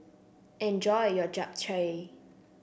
enjoy your Japchae